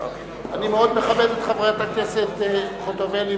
אני מאוד מכבד את חברת הכנסת חוטובלי,